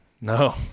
No